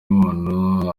umuntu